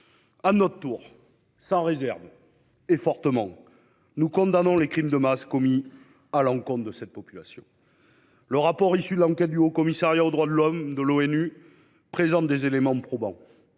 À notre tour, sans réserve et fermement, nous condamnons les crimes de masse commis à l'encontre de cette population. Le rapport issu de l'enquête du Haut-Commissariat aux droits de l'Homme de l'ONU présente des éléments probants